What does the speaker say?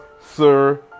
Sir